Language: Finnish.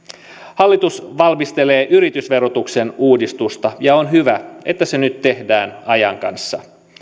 hallitus valmistelee yritysverotuksen uudistusta ja on hyvä että se nyt tehdään ajan kanssa